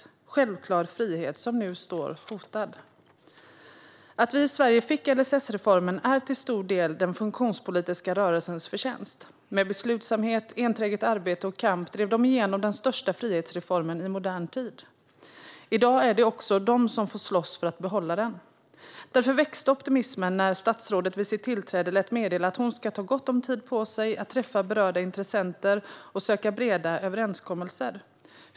Det är en självklar frihet som nu står hotad. Att vi i Sverige fick LSS-reformen är till stor del den funktionspolitiska rörelsens förtjänst. Med beslutsamhet, enträget arbete och kamp drev de igenom den största frihetsreformen i modern tid. I dag är det också de som får slåss för att behålla den. Därför växte optimismen när statsrådet vid sitt tillträde lät meddela att hon skulle ta gott om tid på sig att träffa berörda intressenter och söka breda överenskommelser.